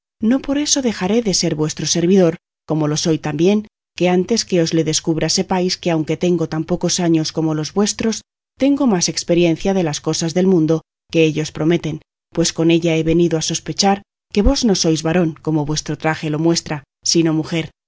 no por eso dejaré de ser vuestro servidor como lo soy también que antes que os le descubra sepáis que aunque tengo tan pocos años como los vuestros tengo más experiencia de las cosas del mundo que ellos prometen pues con ella he venido a sospechar que vos no sois varón como vuestro traje lo muestra sino mujer